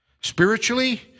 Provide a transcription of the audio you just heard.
Spiritually